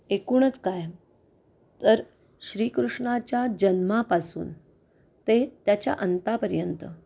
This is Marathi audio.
एकूणच काय तर श्रीकृष्णाच्या जन्मापासून ते त्याच्या अंतापर्यंत